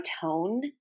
tone